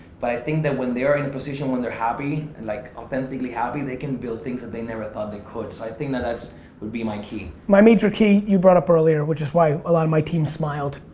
but i think that when they are in position when they're happy, and like authentically happy, they can build things that he never thought they could so i think that's would be my key. my major key you brought up earlier which is why a lot of my team smiled.